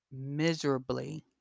miserably